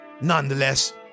Nonetheless